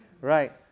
Right